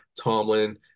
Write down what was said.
Tomlin